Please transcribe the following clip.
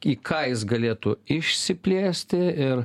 į ką jis galėtų išsiplėsti ir